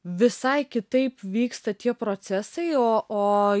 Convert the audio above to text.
visai kitaip vyksta tie procesai o o